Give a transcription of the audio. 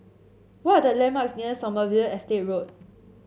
what are the landmarks near Sommerville Estate Road